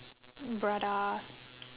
brothers